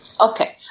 Okay